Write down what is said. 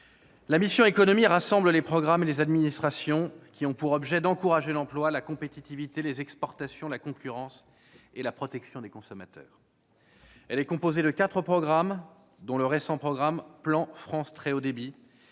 la mission « Économie » rassemble les programmes et les administrations qui ont pour objet d'encourager l'emploi, la compétitivité, les exportations, la concurrence et la protection des consommateurs. Elle est composée de quatre programmes, dont le récent programme « Plan France Très haut débit